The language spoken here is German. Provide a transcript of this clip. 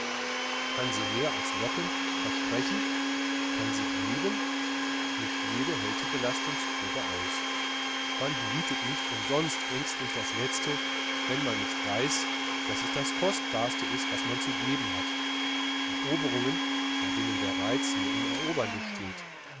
kann sie mehr als locken versprechen kann sie geben nicht jede hält die belastungsprobe aus man behütet nicht umsonst ängstlich das letzte wenn man nicht weiß daß es das kostbarste ist was man zu geben hat eroberungen bei denen der reiz nur im erobern besteht